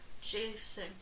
Jason